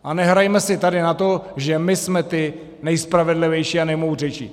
A nehrajme si tady na to, že my jsme ti nejspravedlivější a nejmoudřejší.